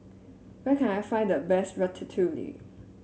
where can I find the best Ratatouille